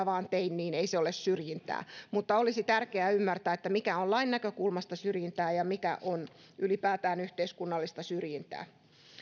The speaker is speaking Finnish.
vaan tein niin ei se ole syrjintää mutta olisi tärkeää ymmärtää mikä on lain näkökulmasta syrjintää ja mikä on ylipäätään yhteiskunnallista syrjintää